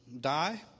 die